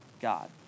God